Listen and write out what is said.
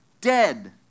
dead